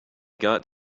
got